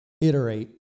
iterate